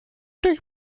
dich